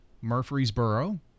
Murfreesboro